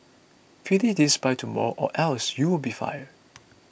finish this by tomorrow or else you'll be fired